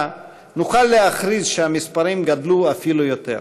נוכל להכריז שהמספרים גדלו אפילו יותר.